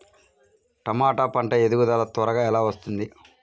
టమాట పంట ఎదుగుదల త్వరగా ఎలా వస్తుంది?